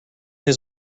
his